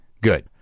good